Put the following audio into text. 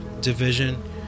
Division